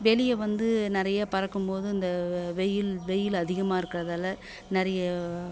வெளியே வந்து நிறைய பறக்கும் போது இந்த வெயில் வெயில் அதிகமாக இருக்கிறதால நிறைய